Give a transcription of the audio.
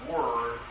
Word